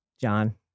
John